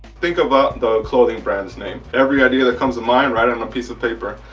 think about the clothing brands name. every idea that comes in line write on a piece of paper.